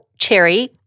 Cherry